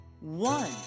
one